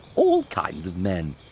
all kinds of men.